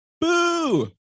Boo